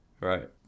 right